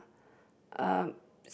um